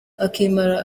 akimara